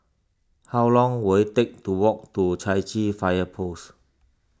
how long will it take to walk to Chai Chee Fire Post